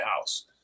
house